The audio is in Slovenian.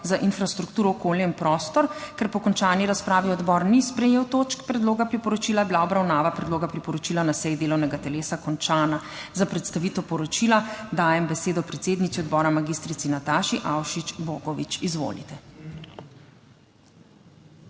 za infrastrukturo, okolje in prostor. Ker po končani razpravi odbor ni sprejel točk predloga priporočila, je bila obravnava predloga priporočila na seji delovnega telesa končana. Za predstavitev poročila dajem besedo predsednici odbora magistrici Nataši Avšič Bogovič. Izvolite.